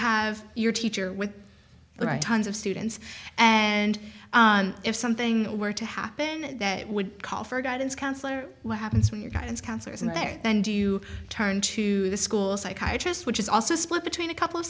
have your teacher with the right tons of students and if something were to happen they would call for guidance counselor what happens when your guidance counselor isn't there and do you turn to the school psychologist which is also split between a couple of